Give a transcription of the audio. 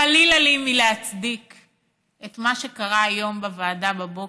חלילה לי מלהצדיק את מה שקרה היום בוועדה בבוקר.